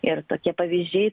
ir tokie pavyzdžiai